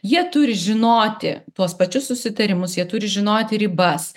jie turi žinoti tuos pačius susitarimus jie turi žinoti ribas